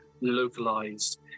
localized